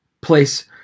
place